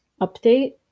update